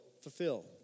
fulfill